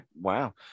Wow